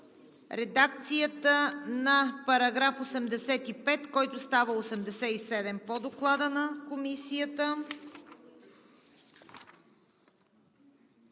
редакцията на § 85, който става § 87 по Доклада на Комисията,